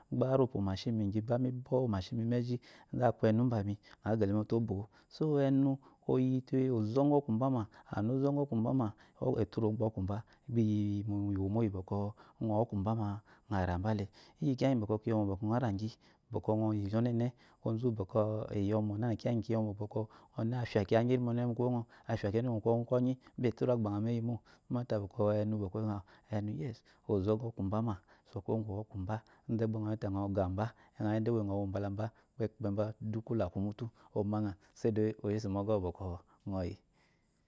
Aba ari opya omashi aba ari mi gyi mi bɔ omashi mezi inde aku enu umbami əa gabote obo-o so ɛnu oyi te ozɔgɔ ɔkumbama oturu ogba ɔkumba gbiyi mi womo iyi bɔkɔ uəɔ ɔkwu mba ma əaramba le iyi kiya ngi bɔkɔ əɔ gyi ɔnɛ ne ozunu bɔkɔ iyɔmɔna kiya ngyi bɔriyi mɔmɔ aba ɔnɛ afya kiya ngirime ɔnɛ mukuwo ɔə afya kiya ngirimo mukuwo kwɔnyi gba tura ɛnu gbo əɔ awu enu yes ozɔgɔ ɔkwu mbama sukuwo ngu ɔkwu mba inde gba yɔ yitu ta ya gambu inde əɔyitu ewo iyi uəɔ əɔwo mulambakpɛkpe mba inde kwo laku mutu oma əa saide oyese mɔgɔ əwu bɔkɔ əɔ yi,